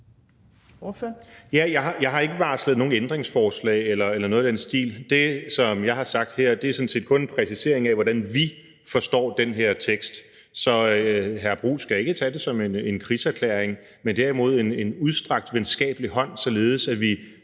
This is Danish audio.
Jeg har ikke varslet nogen ændringsforslag eller noget i den stil. Det, jeg har givet her, er sådan set kun en præcisering af, hvordan vi forstår den her tekst. Så hr. Jeppe Bruus skal ikke tage det som en krigserklæring, men derimod som en udstrakt venskabelig hånd, således at vi